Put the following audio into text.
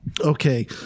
okay